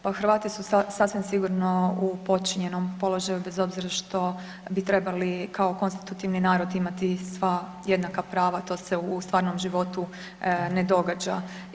Pa Hrvati su sasvim sigurno u podčinjenom položaju bez obzira što bi trebali kao konstitutivni narod imati sva jednaka prava to se u stvarnom životu ne događa.